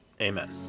Amen